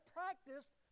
practiced